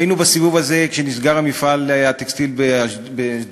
היינו בסיבוב הזה כשנסגר מפעל הטקסטיל בשדרות.